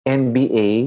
nba